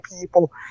people